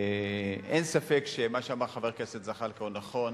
אין ספק שמה שאמר חבר הכנסת זחאלקה הוא נכון,